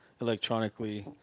electronically